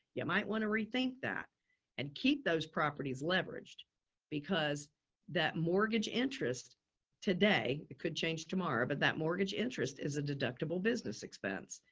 yeah might want to rethink that and keep those properties leveraged because that mortgage interest today, it could change tomorrow, but that mortgage interest is a deductible business expense,